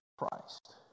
christ